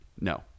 No